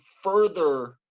further